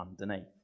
underneath